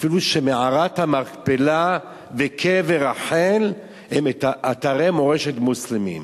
אפילו שמערת המכפלה וקבר רחל הם אתרי מורשת מוסלמיים.